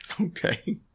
Okay